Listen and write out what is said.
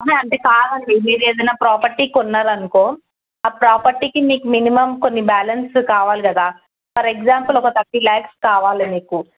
అంటే కాదండి మీరు ఏదైనా ప్రాపర్టీ కొన్నారనుకో ఆ ప్రాపర్టీకి మీకు మినిమం కొద్దిగా బ్యాలెన్స్ కావాలి కదా ఫర్ ఎగ్జాంపుల్ ఒక థర్టీ లాక్స్ కావాలి మీకు